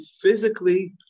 physically